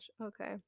okay